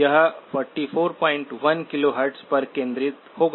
यह 441 KHz पर केंद्रित होगा